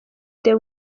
the